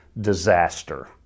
disaster